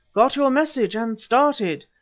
got your message and started.